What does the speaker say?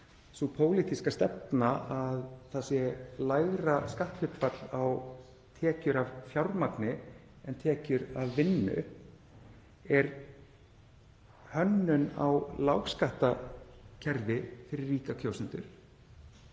Sú pólitíska stefna að það sé lægra skatthlutfall á tekjur af fjármagni en tekjur af vinnu er hönnun á lágskattakerfi fyrir ríka kjósendur.